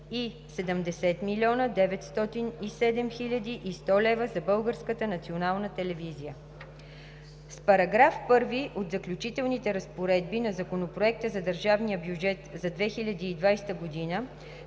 и 70 млн. 907 хил. 100 лв. за Българската национална телевизия. С § 1 от Заключителните разпоредби на Законопроекта за държавния бюджет за 2020 г.